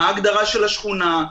מה ההגדרה של השכונה,